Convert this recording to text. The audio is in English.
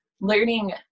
learning